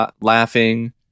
laughing